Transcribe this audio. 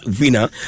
winner